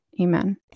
Amen